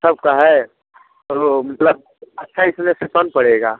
सबका है त वह मतलब अच्छा इसमें से कौन पड़ेगा